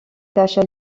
taches